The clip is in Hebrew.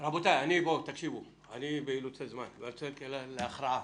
רבותיי, אני באילוצי זמן ואני רוצה להכריע.